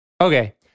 Okay